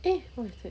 eh what is it